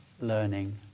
learning